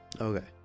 Okay